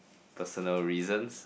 personal reasons